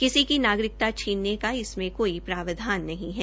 किसी की नागरिकता छीनने का इसमें कोई प्रावधान नहीं है